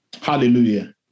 Hallelujah